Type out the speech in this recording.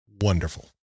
wonderful